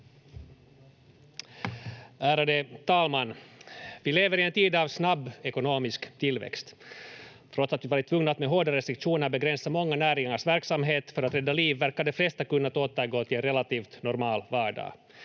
Ärade talman! Vi lever i en tid av snabb ekonomisk tillväxt. Trots att vi varit tvungna att med hårda restriktioner begränsa många näringars verksamhet för att rädda liv verkar de flesta kunnat återgå till en relativt normal vardag.